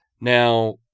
Now